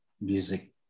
music